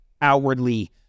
outwardly